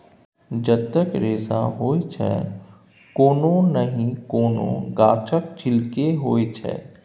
जतेक रेशा होइ छै कोनो नहि कोनो गाछक छिल्के होइ छै